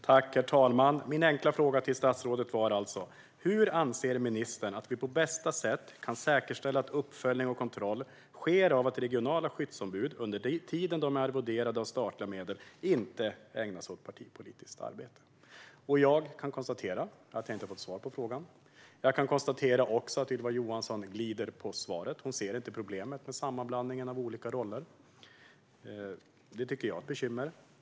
Herr talman! Min enkla fråga i interpellationen till statsrådet var: "Hur anser ministern att vi på bästa sätt kan säkerställa att uppföljning och kontroll sker av att regionala skyddsombud, under tiden de är arvoderade av statliga medel, inte ägnar sig åt partipolitiskt arbete?" Jag kan konstatera att jag inte har fått svar på frågan. Jag kan också konstatera att Ylva Johansson glider på svaret. Hon ser inte problemet med sammanblandningen av olika roller. Det tycker jag är ett bekymmer.